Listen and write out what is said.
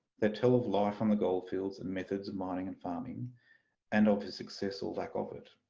they tell of life on the goldfields and methods of mining and farming and of his success or lack of it.